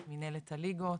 את מנהלת הליגות